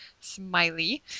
Smiley